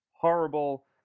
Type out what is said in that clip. horrible